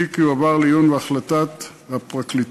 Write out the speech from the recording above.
התיק יועבר לעיון והחלטת הפרקליטות.